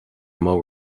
moe